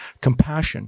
compassion